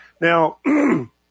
Now